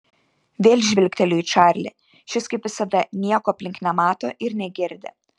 vėl žvilgteliu į čarlį šis kaip visada nieko aplink nemato ir negirdi